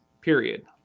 period